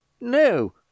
no